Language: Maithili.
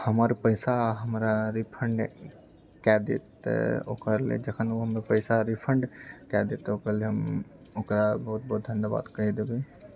हमर पैसा हमरा रिफण्ड कए देत तऽ ओकरालेल जखन ओ हमर पैसा रिफण्ड कए देत तऽ ओकर लिअऽ हम ओकरा बहुत बहुत धन्यवाद कहि देबए